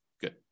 Good